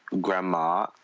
grandma